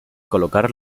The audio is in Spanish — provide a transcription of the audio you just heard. colocar